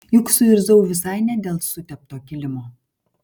juk suirzau visai ne dėl sutepto kilimo